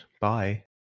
Bye